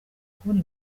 kubona